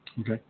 Okay